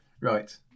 right